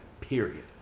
period